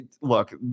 Look